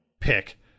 pick